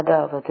ஏதாவது